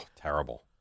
terrible